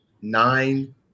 Nine